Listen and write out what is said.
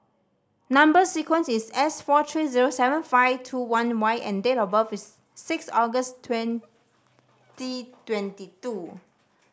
number sequence is S four three zero seven five two one Y and date of birth is six August twenty twenty two